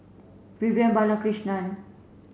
Vivian Balakrishnan